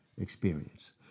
experience